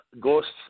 Ghosts